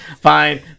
Fine